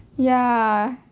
ya